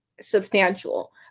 substantial